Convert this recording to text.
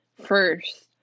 first